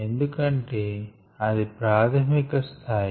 ఎందుకంటే అది ప్రాధమిక స్థాయి